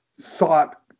thought